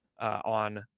on